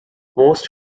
most